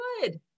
good